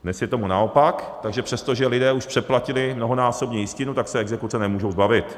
Dnes je tomu naopak, takže přestože lidé už přeplatili mnohonásobně jistinu, tak se exekuce nemůžou zbavit.